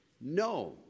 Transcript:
No